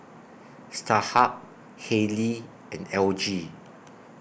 Starhub Haylee and L G